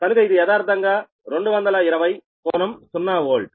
కనుక ఇది యదార్ధంగా 220∟0 వోల్ట్